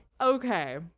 okay